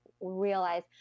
realize